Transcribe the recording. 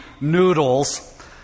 noodles